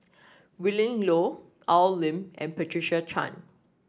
Willin Low Al Lim and Patricia Chan